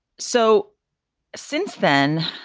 so since then,